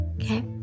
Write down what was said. Okay